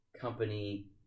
company